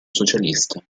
socialista